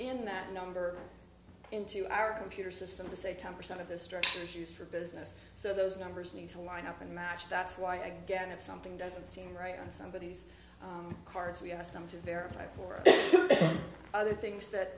in that number into our computer system for say ten percent of the structural issues for business so those numbers need to line up and match that's why again if something doesn't seem right on somebodies cards we ask them to verify for other things that